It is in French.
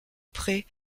près